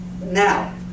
Now